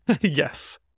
Yes